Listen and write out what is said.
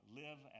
live